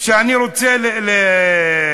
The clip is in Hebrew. שאני רוצה לציין,